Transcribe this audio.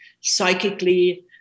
psychically